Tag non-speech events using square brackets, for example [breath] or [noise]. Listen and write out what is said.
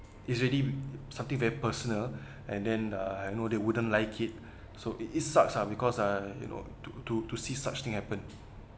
it's really something very personal [breath] and then uh I know they wouldn't like it so it is sucks lah because uh you know to to to see such thing happen